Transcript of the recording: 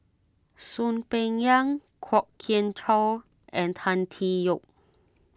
Soon Peng Yam Kwok Kian Chow and Tan Tee Yoke